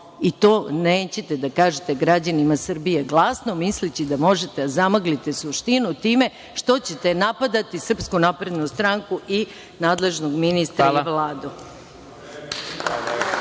To nećete da kažete građanima Srbije glasno, misleći da možete da zamaglite suštinu time što ćete napadati SNS i nadležnog ministra i Vladu.